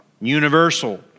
universal